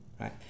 right